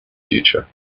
future